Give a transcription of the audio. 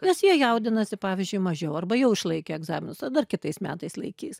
nes jie jaudinasi pavyzdžiui mažiau arba jau išlaikė egzaminus ar dar kitais metais laikys